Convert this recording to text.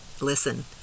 Listen